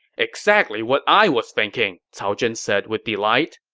exactly what i was thinking! cao zhen said with delight.